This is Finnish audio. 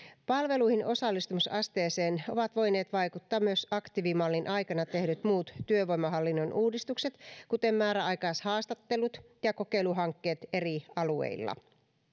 palveluihin osallistumisasteeseen ovat voineet vaikuttaa myös aktiivimallin aikana tehdyt muut työvoimahallinnon uudistukset kuten määräaikaishaastattelut ja kokeiluhankkeet eri alueilla